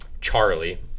Charlie